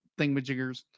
thingamajiggers